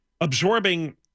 absorbing